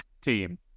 team